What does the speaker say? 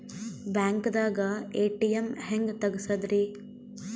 ಬ್ಯಾಂಕ್ದಾಗ ಎ.ಟಿ.ಎಂ ಹೆಂಗ್ ತಗಸದ್ರಿ?